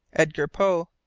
edgar poe.